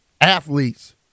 athletes